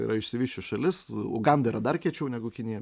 tai yra išsivysčius šalis uganda yra dar kiečiau negu kinija